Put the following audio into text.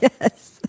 Yes